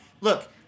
look